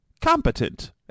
competent